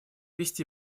вести